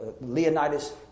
Leonidas